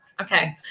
okay